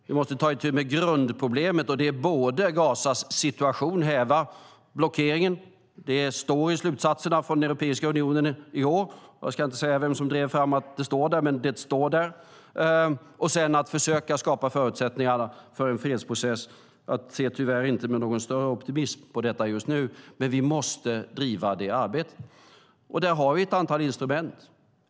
Vi måste ta itu med grundproblemet, Gazas situation. Vi måste häva blockeringen. Det står i slutsatserna från Europeiska unionen i år, och jag ska inte säga vem som drev fram att det står där. Vi måste också försöka skapa förutsättningar för en fredsprocess. Jag ser tyvärr inte med någon större optimism på detta just nu, men vi måste driva det arbetet. Där har vi ett antal instrument.